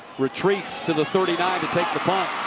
retreats to the thirty nine to take the punt.